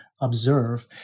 observe